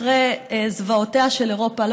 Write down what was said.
אחרי זוועותיה של אירופה,